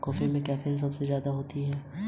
कीट प्रतिरोधी क्या है?